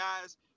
guys